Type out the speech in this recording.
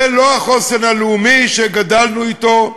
זה לא החוסן הלאומי שגדלנו אתו,